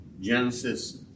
Genesis